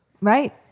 Right